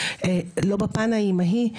לא בפן האימהי,